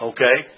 Okay